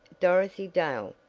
dorothy dale,